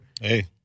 Hey